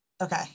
Okay